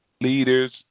leaders